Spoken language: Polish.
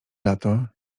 lato